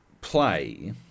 play